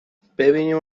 ببینیم